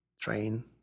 train